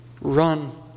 run